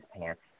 pants